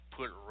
put